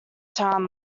town